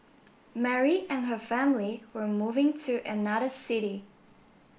Mary and her family were moving to another city